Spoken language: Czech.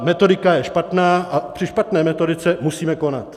Metodika je špatná a při špatné metodice musíme konat.